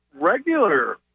regular